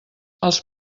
els